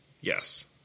Yes